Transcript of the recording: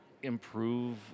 improve